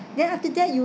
then after that you